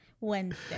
Wednesday